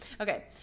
Okay